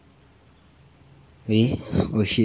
really oh shit